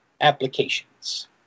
applications